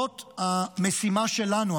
זאת המשימה שלנו.